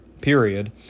period